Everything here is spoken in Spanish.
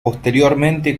posteriormente